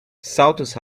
saltos